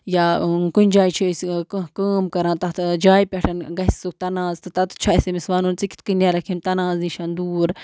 یا کُنہِ جایہِ چھِ أسۍ کانٛہہ کٲم کَران تَتھ جایہِ پٮ۪ٹھ گژھِ سُہ تَناز تہٕ تَتتھ چھُ اَسہِ أمِس وَنُن ژٕ کِتھ کٔنۍ نیرَکھ یِم تَنازٕ نِشَن دوٗر